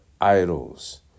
idols